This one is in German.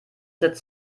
setzt